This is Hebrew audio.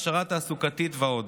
הכשרה תעסוקתית ועוד,